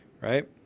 right